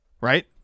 right